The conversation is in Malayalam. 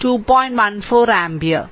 143 ആമ്പിയർ